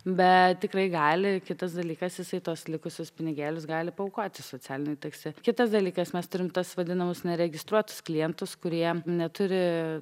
bet tikrai gali kitas dalykas jisai tuos likusius pinigėlius gali paaukoti socialiniui taksi kitas dalykas mes turim tuos vadinamus neregistruotus klientus kurie neturi